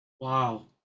Wow